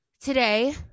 today